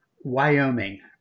Wyoming